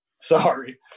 Sorry